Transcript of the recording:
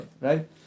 right